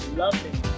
loving